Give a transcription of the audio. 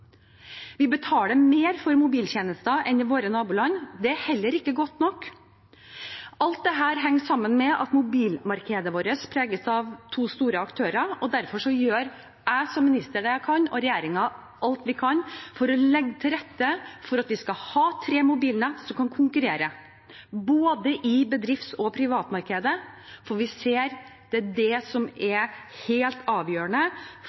Vi betaler mer for mobiltjenester enn våre naboland. Det er heller ikke godt nok. Alt dette henger sammen med at mobilmarkedet vårt preges av to store aktører. Derfor gjør jeg som minister og regjeringen alt vi kan for å legge til rette for at vi skal ha tre mobilnett som kan konkurrere i både bedrifts- og privatmarkedet. Vi ser det som helt avgjørende for at vi som